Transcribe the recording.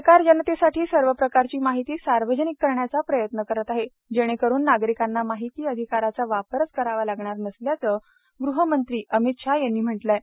सरकार जनतेसाठी सर्व प्रकारची माहिती सार्वजनिक करण्याचा प्रयत्न करत आहे जेणेकरून नागरिकांना माहिती अधिकाराचा वापरच करावा लागणार नसल्याचं गृहमंत्री अमित शाह यांनी म्हटलं आहे